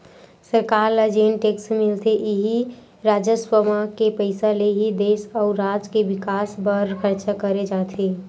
सरकार ल जेन टेक्स मिलथे इही राजस्व म के पइसा ले ही देस अउ राज के बिकास बर खरचा करे जाथे